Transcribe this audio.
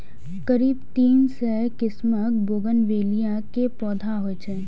करीब तीन सय किस्मक बोगनवेलिया के पौधा होइ छै